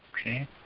Okay